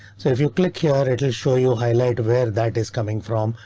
so if you click here it'll show you highlight where that is coming from.